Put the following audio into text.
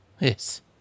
Yes